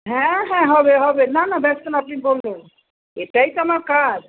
হ্যাঁ হ্যাঁ হবে হবে না না ব্যস্ত না আপনি বলুন এটাই তো আমার কাজ